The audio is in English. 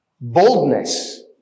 Boldness